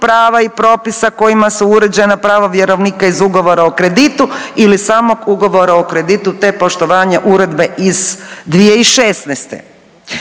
prava i propisa kojima su uređena prava vjerovnika iz ugovora o kreditu ili samog ugovora o kreditu, te poštovanje Uredbe iz 2016..